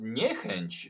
niechęć